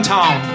Town